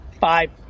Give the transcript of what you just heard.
Five